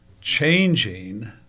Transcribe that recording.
Changing